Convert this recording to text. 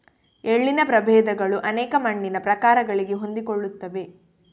ಎಳ್ಳಿನ ಪ್ರಭೇದಗಳು ಅನೇಕ ಮಣ್ಣಿನ ಪ್ರಕಾರಗಳಿಗೆ ಹೊಂದಿಕೊಳ್ಳುತ್ತವೆ